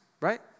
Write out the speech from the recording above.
right